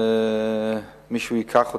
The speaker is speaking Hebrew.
או שמישהו ייקח אותם.